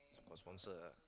got sponsor ah